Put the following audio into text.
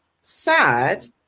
sad